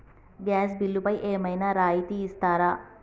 Gas బిల్లుపై ఏమైనా రాయితీ ఇస్తారా?